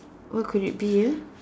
what could it be ah